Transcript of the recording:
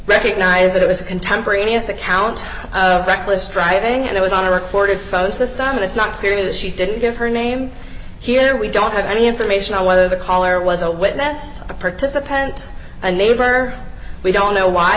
recognize that it was a contemporaneous account reckless driving and it was on a recorded phone system it's not clear that she didn't give her name here we don't have any information on whether the caller was a witness a participant a neighbor we don't know why